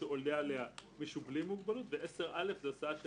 שעולה אליה מישהו בלי מוגבלות ו-10(א) זו הסעה של